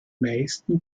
meisten